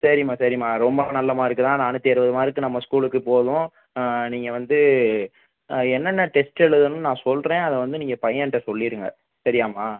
சரிம்மா சரிம்மா ரொம்ப நல்ல மார்க்கு தான் நானூற்றி அறுபது மார்க்கு நம்ம ஸ்கூலுக்கு போதும் நீங்கள் வந்து என்னென்ன டெஸ்ட் எழுதணுன்னு நான் சொல்லுறேன் அதை வந்து நீங்கள் பையன்கிட்ட சொல்லிருங்க சரியாம்மா